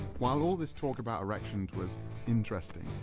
while all this talk about erections was interesting,